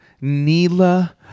Neela